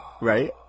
Right